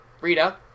Rita